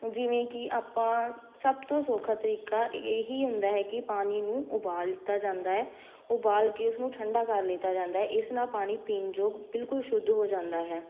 ਜਿਵੇਂ ਕਿ ਆਪਾਂ ਸਭ ਤੋਂ ਸੌਖਾ ਤਰੀਕਾ ਇਹੀ ਹੁੰਦਾ ਹੈ ਕਿ ਪਾਣੀ ਨੂੰ ਉਬਾਲ ਲਿੱਤਾ ਜਾਂਦਾ ਹੈ ਉਬਾਲ ਕੇ ਉਸਨੂੰ ਠੰਡਾ ਕਰ ਲਿੱਤਾ ਜਾਂਦਾ ਹੈ ਇਸ ਨਾਲ ਪਾਣੀ ਪੀਣ ਯੋਗ ਬਿਲਕੁਲ ਸ਼ੁੱਧ ਹੋ ਜਾਂਦਾ ਹੈ